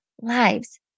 lives